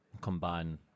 combine